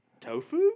Tofu